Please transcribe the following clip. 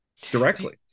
Directly